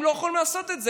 הם לא יכולים לעשות את זה.